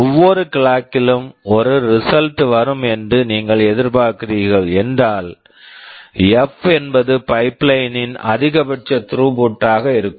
ஒவ்வொரு clock clock கிலும் ஒரு ரிசல்ட் result வரும் என்று நீங்கள் எதிர்பார்க்கிறீர்கள் என்றால் எஃப் f என்பது பைப்லைன் pipeline ன் அதிகபட்ச த்ரூபுட் throughput ஆக இருக்கும்